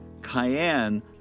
cayenne